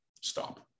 stop